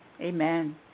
Amen